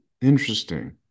interesting